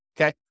Okay